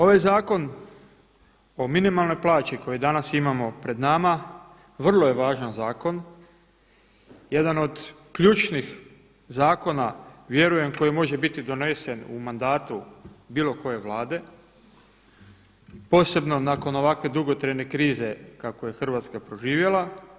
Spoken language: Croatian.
Ovaj zakon o minimalnoj plaći koji danas imamo pred nama, vrlo je važan zakon, jedan od ključnih zakona vjerujem koji može biti donesen u mandatu bilo koje Vlade, posebno nakon ovakve dugotrajne krize kakvu je Hrvatska proživjela.